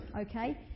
Okay